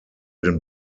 den